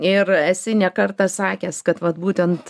ir esi ne kartą sakęs kad vat būtent